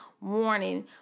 warning